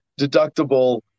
deductible